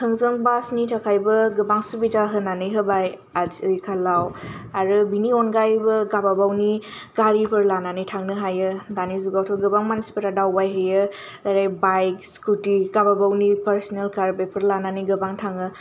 थोंजों बासनि थाखायबो गोबां सुबिदा होननै होबाय आथिखालाव आरो बेनि अनगायैबो गावबा गावनि गारिफोर लानानै थांनो हायो दानि जुगावथ' गोबां मानसिफोरा दावबाय हैयो ओरै बाइक स्कुटि गावबा गावनि पार्सनेल कार बेफोर लानानै गोबां थाङो